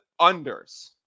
unders